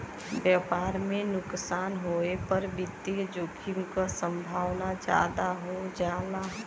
व्यापार में नुकसान होये पर वित्तीय जोखिम क संभावना जादा हो जाला